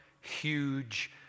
huge